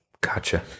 Gotcha